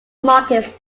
markets